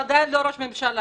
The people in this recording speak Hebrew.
הוא עדיין לא ראש ממשלה.